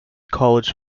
college